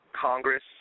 congress